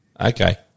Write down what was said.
Okay